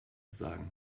sagen